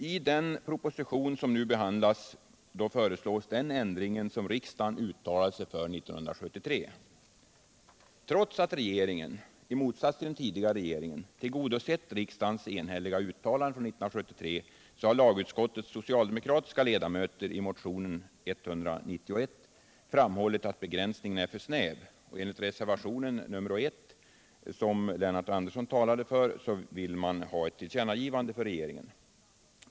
I den proposition som nu behandlas föreslås den ändring som riksdagen uttalade sig för 1973. Trots att regeringen — i motsats till den tidigare regeringen — tillgodosett riksdagens enhälliga uttalande från 1973 har lagutskottets socialdemokratiska ledamöter i motionen 191 framhållit att H Nr 56 begränsningen är för snäv. I reservation nr 1, som Lennart Andersson Lördagen den talat för, vill man ha ett tillkännagivande för regeringen.